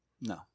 No